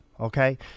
Okay